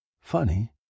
Funny